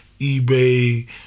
eBay